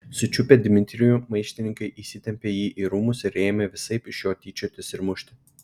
sučiupę dmitrijų maištininkai įsitempė jį į rūmus ir ėmė visaip iš jo tyčiotis ir mušti